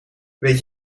weet